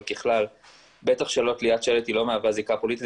אבל ככלל בטח שתליית שלט לא מהווה זיקה פוליטית,